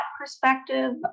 perspective